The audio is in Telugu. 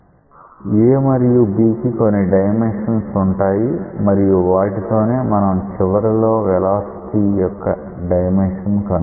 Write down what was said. a మరియు b కి కొన్ని డైమెన్షన్స్ ఉంటాయి మరియు వాటితోనే మనం చివరిలో వెలాసిటీ యొక్క డైమెన్షన్ కనుక్కుంటాం